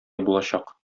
булачак